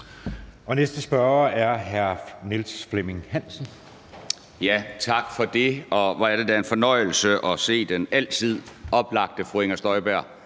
Hansen. Kl. 14:11 Niels Flemming Hansen (KF): Tak for det, og hvor er det da en fornøjelse at se den altid oplagte fru Inger Støjberg